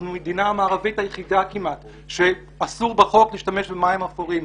אנחנו כמעט המדינה המערבית היחידה שאסור בחוק להשתמש במים אפורים.